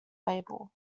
label